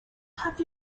have